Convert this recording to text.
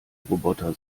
roboter